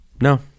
No